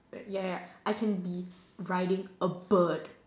ya ya ya I can be riding a bird